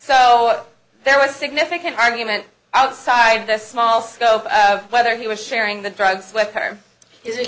so there was a significant argument outside the small scope of whether he was sharing the drugs with her is